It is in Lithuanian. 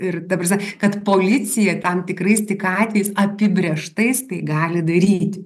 ir ta prasme kad policija tam tikrais tik atvejais apibrėžtais tai gali daryti